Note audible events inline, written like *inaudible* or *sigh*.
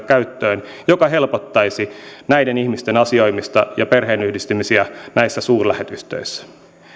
*unintelligible* käyttöön tätä järjestelmää joka helpottaisi näiden ihmisten asioimista ja perheenyhdistymisiä näissä suurlähetystöissä